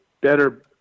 better